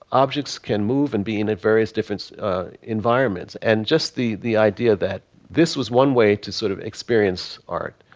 objects can move and being in various different environments and just the the idea that this was one way to sort of experience art.